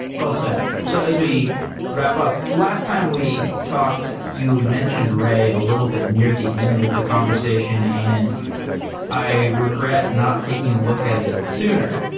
well said. so as we wrap up, last time we talked, you mentioned ray a little bit near the end of the conversation and i regret not taking a look at it sooner.